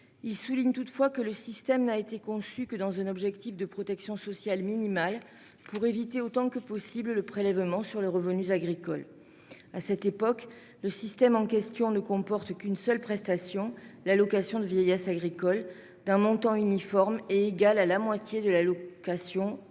Il y soulignait toutefois que « le système n'a[vait] été conçu que dans un objectif de protection sociale minimale pour éviter autant que possible le prélèvement sur les revenus agricoles. » À cette époque, le système en question ne comportait « qu'une seule prestation, l'allocation de vieillesse agricole, d'un montant uniforme, et égal à la moitié de l'allocation aux